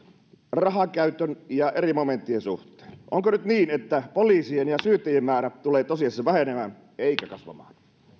rahankäytön ja eri momenttien suhteen onko nyt niin että poliisien ja syyttäjien määrät tulevat tosiasiassa vähenemään eikä kasvamaan